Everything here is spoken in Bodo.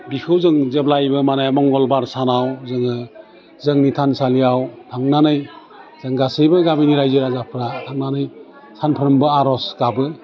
बिखौ जों जेब्लायबो माने मंगलबार सानाव जोङो जोंनि थानसालियाव थांनानै जों गासैबो गामिनि रायजो राजाफ्रा थांनानै सामफ्रामबो आर'ज गाबो